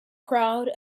crowd